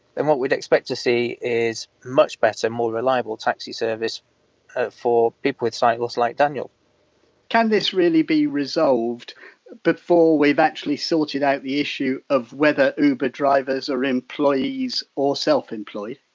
then what we'd expect to see is much better, more reliable taxi service for people with sight loss like daniel can this really be resolved before we've actually sorted out the issue of whether uber drivers are employees or self-employed?